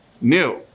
new